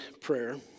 prayer